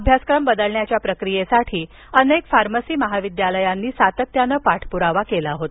अभ्यासक्रम बदलण्याच्या प्रक्रियेचा अनेक फार्मसी महाविद्यालयांनी पाठपुरावा केला होता